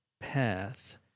path